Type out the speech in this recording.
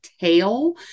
tail